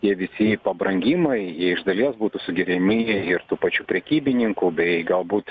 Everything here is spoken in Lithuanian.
tie visi pabrangimai iš dalies būtų sugeriami ir tų pačių prekybininkų bei galbūt